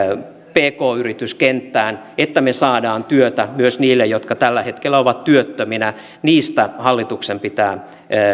pk yrityskenttään että me saamme työtä myös niille jotka tällä hetkellä ovat työttöminä niistä hallituksen pitää